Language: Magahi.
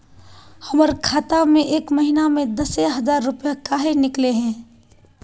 हमर खाता में एक महीना में दसे हजार रुपया काहे निकले है?